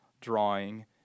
drawing